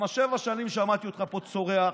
למה שבע שנים שמעתי אותך פה צורח.